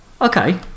Okay